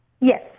Yes